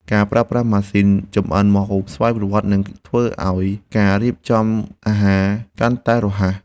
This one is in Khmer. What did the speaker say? ការប្រើប្រាស់ម៉ាស៊ីនចម្អិនម្ហូបស្វ័យប្រវត្តិ នឹងធ្វើឱ្យការរៀបចំអាហារកាន់តែរហ័ស។